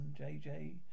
JJ